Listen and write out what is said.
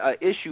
issue